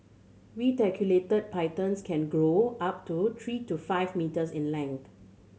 reticulated pythons can grow up to three to five metres in length